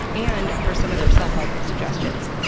and for some of their self-help suggestions,